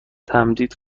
تمدید